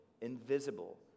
invisible